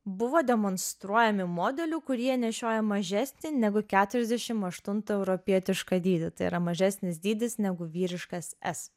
buvo demonstruojami modelių kurie nešiojo mažesnį negu keturiasdešim aštuntą europietišką dydį tai yra mažesnis dydis negu vyriškas es